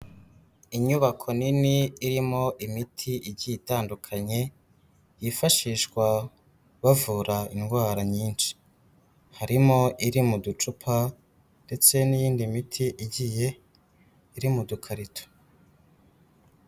Inyubako nini irimo imiti igiye itandukanye, yifashishwa bavura indwara nyinshi. Harimo iri mu ducupa ndetse n'iyindi miti igiye iri mu dukarito.